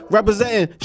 Representing